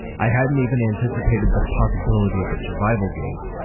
i hadn't even anticipated the possibility of a survival game,